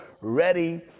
ready